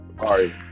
Sorry